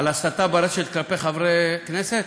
על הסתה ברשת כלפי חברי כנסת,